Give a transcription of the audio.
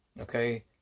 okay